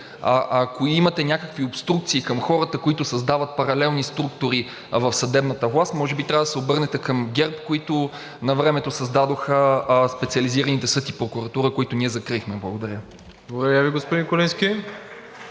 Ако имате някакви обструкции към хората, които създават паралелни структури в съдебната власт, може би трябва да се обърнете към ГЕРБ, които навремето създадоха специализираните съд и прокуратура, които ние закрихме. Благодаря. ПРЕДСЕДАТЕЛ МИРОСЛАВ ИВАНОВ: